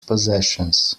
possessions